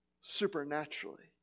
supernaturally